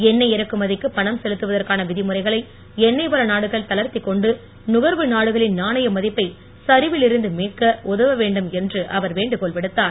எண்ணெய் இறக்குமதிக்கு பணம் செலுத்துவதற்கான விதிமுறைகளை எண்ணெய் வள நாடுகள் தளர்த்திக் கொண்டு நுகர்வு நாடுகளின் நாணய மதிப்பை சரிவில் இருந்து மீட்க உதவ வேண்டும் என்று அவர் வேண்டுகோள் விடுத்தார்